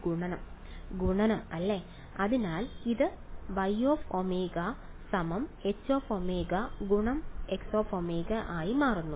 ഗുണനം ഗുണനം അല്ലേ അതിനാൽ ഇത് Yω HωXω ആയി മാറുന്നു